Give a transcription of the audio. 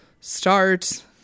start